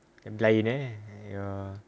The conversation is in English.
lain eh !aiyo!